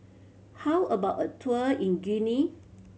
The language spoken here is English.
how about a tour in Guinea